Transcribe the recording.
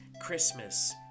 Christmas